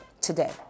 today